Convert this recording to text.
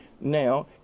now